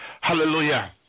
Hallelujah